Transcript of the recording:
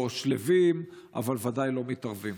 או שלווים, אבל ודאי לא מתערבים.